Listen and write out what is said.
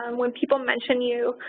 um when people mention you,